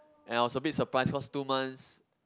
and I was a bit surprised cause two months